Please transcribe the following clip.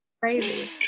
crazy